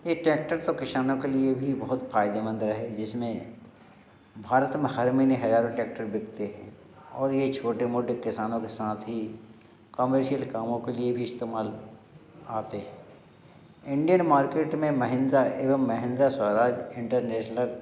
ये टैक्टर तो किसानों के लिए भी बहुत फायदेमंद रहे जिसमें भारत में हर महीने हज़ारों ट्रैक्टर बिकते हैं और ये छोटे मोटे किसानों के साथ ही कॉमर्शियल कामों के लिए भी इस्तेमाल आते हैं इंडियन मार्केट में महिन्द्रा एवं महेन्द्रा स्वराज इंटरनेसनल